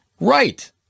Right